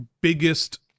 biggest